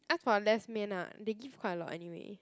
ask for less 面 lah they give quite a lot anyway